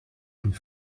une